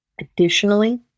Additionally